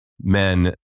men